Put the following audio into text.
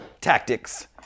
tactics